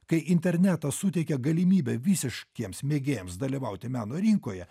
kai internetas suteikia galimybę visiškiems mėgėjams dalyvauti meno rinkoje